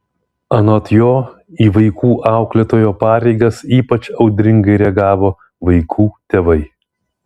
anot jo į vaikų auklėtojo pareigas ypač audringai reagavo vaikų tėvai